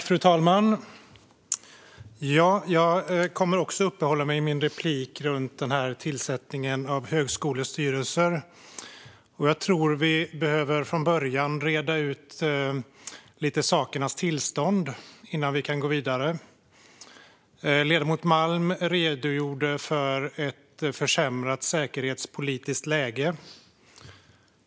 Fru talman! Jag kommer också att uppehålla mig vid tillsättningen av högskolestyrelser. Jag tror att vi behöver reda ut sakernas tillstånd från början innan vi kan gå vidare. Ledamoten Malm redogjorde för ett försämrat säkerhetspolitiskt läge.